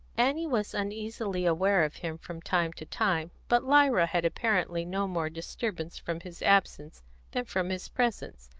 annie was uneasily aware of him from time to time, but lyra had apparently no more disturbance from his absence than from his presence,